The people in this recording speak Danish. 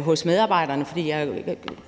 hos medarbejderne.